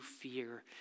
fear